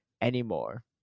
anymore